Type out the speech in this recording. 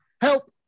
Help